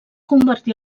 convertí